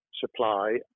supply